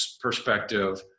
perspective